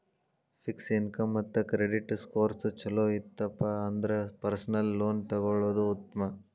fix income ಮತ್ತ credit scores ಚೊಲೋ ಇತ್ತಪ ಅಂದ್ರ ಪರ್ಸನಲ್ ಲೋನ್ ತೊಗೊಳ್ಳೋದ್ ಉತ್ಮ